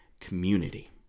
community